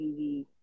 TV